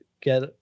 get